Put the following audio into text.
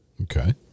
Okay